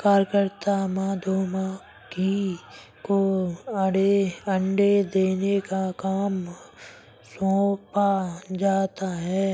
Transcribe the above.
कार्यकर्ता मधुमक्खी को अंडे देने का काम सौंपा जाता है